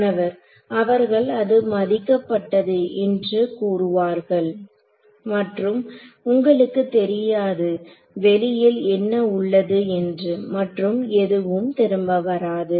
மாணவர் அவர்கள் அது மதிக்கப்பட்டது என்று கூறுவார்கள் மற்றும் உங்களுக்கு தெரியாது வெளியில் என்ன உள்ளது என்று மற்றும் எதுவும் திரும்ப வராது